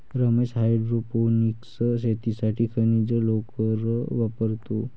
Ramesh hydroponics शेतीसाठी खनिज लोकर वापरतो